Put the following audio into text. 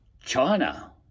China